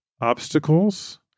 obstacles